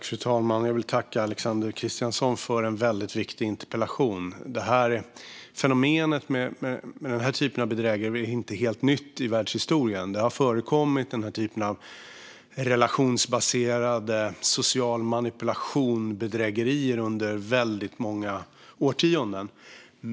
Fru talman! Jag vill tacka Alexander Christiansson för en väldigt viktig interpellation! Fenomenet med den här typen av bedrägerier är inte helt nytt i världshistorien. Det har förekommit den här typen av relationsbaserade bedrägerier med social manipulation under väldigt många årtionden.